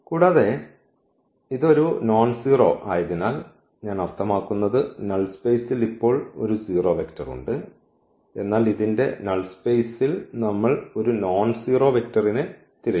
കൂടാതെ ഇത് ഒരു നോൺസീറോ ആയതിനാൽ ഞാൻ അർത്ഥമാക്കുന്നത് നൾ സ്പേസിൽ ഇപ്പോൾ ഒരു 0 വെക്റ്റർ ഉണ്ട് എന്നാൽ ഇതിന്റെ നൾ സ്പേസിൽ നമ്മൾ ഒരു നോൺസീറോ വെക്റ്ററിനെ തിരയുന്നു